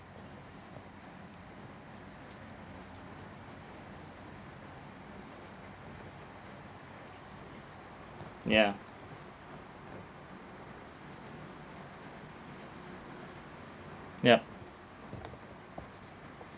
yeah yup